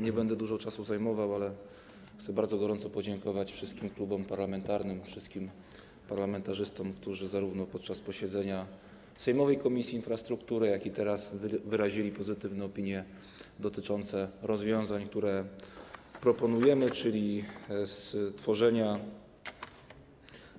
Nie będę zajmował dużo czasu, ale chcę bardzo gorąco podziękować wszystkim klubom parlamentarnym, wszystkim parlamentarzystom, którzy zarówno podczas posiedzenia sejmowej Komisji Infrastruktury, jak i teraz wyrazili pozytywne opinie dotyczące rozwiązań, które proponujemy, czyli stworzenia